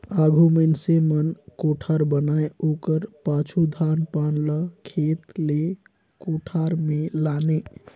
आघु मइनसे मन कोठार बनाए ओकर पाछू धान पान ल खेत ले कोठार मे लाने